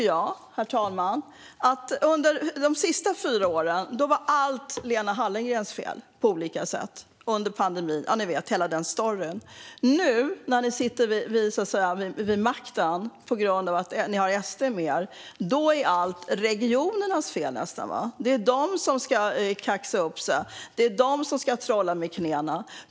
Grejen är att under de senaste fyra åren var allt Lena Hallengrens fel på olika sätt och under pandemin. Ni känner till hela den storyn. Nu när ni sitter vid makten på grund av att ni har SD med är nästan allt regionernas fel. Det är de som ska kaxa upp sig. Det är de som ska trolla med knäna.